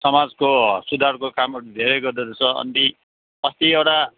समाजको सुधारको कामहरू धेरै गर्दोरहेछ अनि अस्ति एउटा